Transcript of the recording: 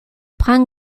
prends